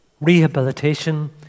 rehabilitation